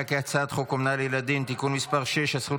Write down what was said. חוק אומנה לילדים (תיקון מס' 6) (הזכות